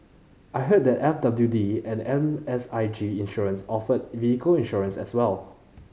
I heard that F W D and M S I G Insurance offer vehicle insurance as well